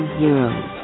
heroes